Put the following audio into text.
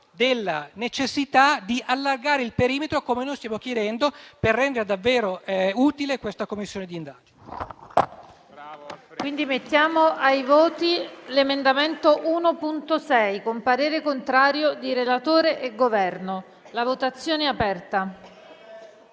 della necessità di allargare il perimetro come noi stiamo chiedendo per rendere davvero utile questa Commissione di inchiesta.